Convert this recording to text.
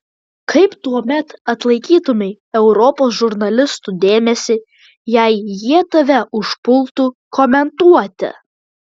kaip tuomet atlaikytumei europos žurnalistų dėmesį jei jie tave užpultų komentuoti